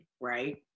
right